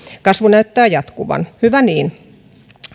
kasvu näyttää jatkuvan hyvä niin